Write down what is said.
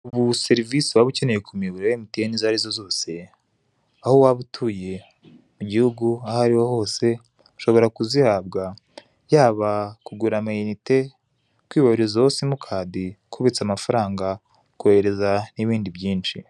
Ubu serivise waba ukeneye kumiyoboro ya MTN izarizo zose, aho waba utuye mugihugu aho ariho hose ushobora kuzihabwa; yaba kugura ama inite, kwibarurizaho simukadi, kubitsa amafaranga, kuyohereza nibindi byinshi.